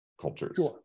cultures